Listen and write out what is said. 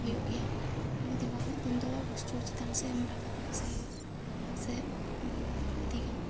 ᱦᱳᱭᱳᱜ ᱜᱮᱭᱟ ᱢᱤᱫ ᱫᱤᱱ ᱵᱟ ᱢᱤᱫ ᱫᱤᱱ ᱫᱚ ᱱᱤᱥᱪᱚᱭ ᱪᱮᱛᱟᱱ ᱥᱮ ᱨᱟᱠᱟᱵᱟᱢ ᱥᱮ ᱞᱟᱦᱟᱥᱮᱫ ᱞᱟᱦᱟ ᱤᱫᱤ ᱜᱟᱱᱚᱜᱼᱟ